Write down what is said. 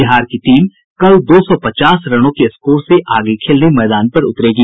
बिहार की टीम कल दो सौ पचास रनों के स्कोर से आगे खेलने मैदान पर उतरेगी